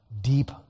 Deep